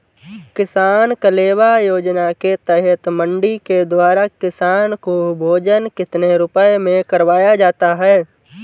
किसान कलेवा योजना के तहत मंडी के द्वारा किसान को भोजन कितने रुपए में करवाया जाता है?